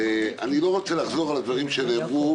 אני לא רוצה לחזור על הדברים שנאמרו,